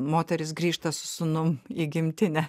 moteris grįžta su sūnum į gimtinę